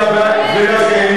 ולכן,